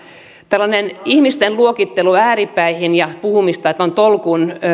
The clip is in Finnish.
tällainen ihmisten luokittelu ääripäihin ja puhe että on tolkun